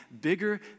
bigger